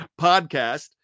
podcast